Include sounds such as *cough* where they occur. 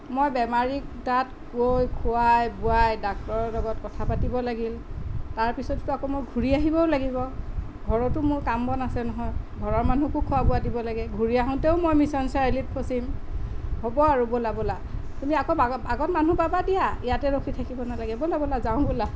মই বেমাৰীক তাত গৈ খোৱাই বোৱাই ডাক্তৰৰ লগত কথা পাতিব লাগিল তাৰপিছতো ত' আকৌ মই ঘূৰি আহিবও লাগিব ঘৰতো মোৰ কাম বন আছে নহয় ঘৰৰ মানুহকো খোৱা বোৱা দিব লাগে ঘূৰি আহোতেও মই মিছন চাৰিআলিত ফচিম হ'ব আৰু ব'লা ব'লা তুমি আকৌ *unintelligible* আগত আগত মানুহ পাবা দিয়া ইয়াতে ৰখি থাকিব নালাগে ব'লা ব'লা যাওঁ ব'লা